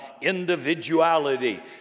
individuality